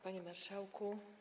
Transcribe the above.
Panie Marszałku!